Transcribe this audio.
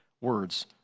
words